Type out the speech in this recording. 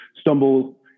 stumble